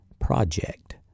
project